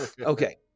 Okay